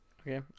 Okay